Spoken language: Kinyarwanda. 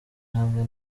hamwe